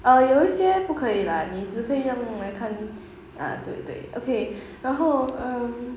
err 有一些不可以 lah 你只可以来看啊对对 okay 然后